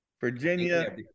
Virginia